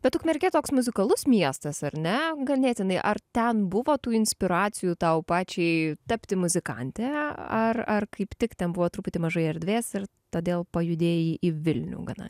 bet ukmergė toks muzikalus miestas ar ne ganėtinai ar ten buvo tų inspiracijų tau pačiai tapti muzikante ar ar kaip tik ten buvo truputį mažai erdvės ir todėl pajudėjai į vilnių gana